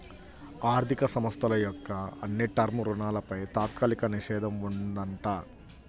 ఆర్ధిక సంస్థల యొక్క అన్ని టర్మ్ రుణాలపై తాత్కాలిక నిషేధం ఉందంట